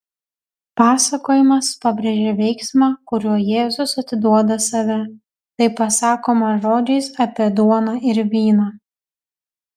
pasakojimas pabrėžia veiksmą kuriuo jėzus atiduoda save tai pasakoma žodžiais apie duoną ir vyną